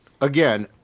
again